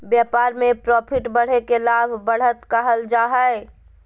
व्यापार में प्रॉफिट बढ़े के लाभ, बढ़त कहल जा हइ